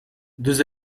deux